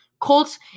Colts